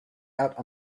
out